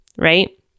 right